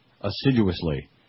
assiduously